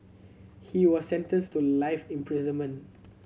he was sentenced to life imprisonment